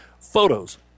photos